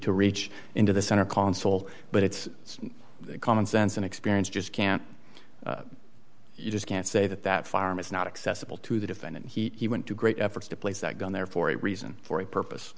to reach into the center console but it's common sense and experience just can't you just can't say that that farm is not accessible to the defendant he went to great efforts to place that gun there for a reason for a purpose